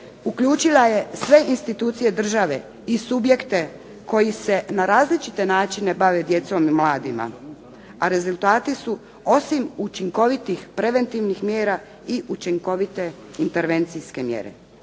uključila je sve institucije države i subjekte koji se na različite načine bave djecom i mladima, a rezultati su osim učinkovitih preventivnih mjera i učinkovite intervencijske mjere.